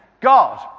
God